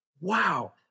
wow